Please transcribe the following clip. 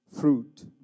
fruit